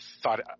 thought